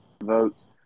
votes